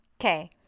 okay